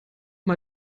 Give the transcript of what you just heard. mal